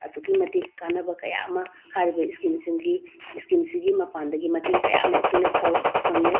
ꯑꯁꯨꯛꯀꯤ ꯃꯇꯤꯛ ꯀꯥꯟꯅꯕ ꯀꯌꯥ ꯑꯃ ꯍꯥꯏꯔꯤꯕ ꯏꯁꯀꯤꯝꯁꯤꯒꯤ ꯃꯄꯥꯟꯗꯒꯤ ꯃꯇꯦꯡ ꯀꯌꯥ ꯑꯃ ꯑꯩꯈꯣꯏꯅ ꯐꯪꯉꯦ